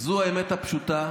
זו האמת הפשוטה,